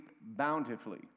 bountifully